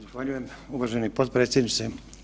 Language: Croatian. Zahvaljujem uvaženi potpredsjedniče.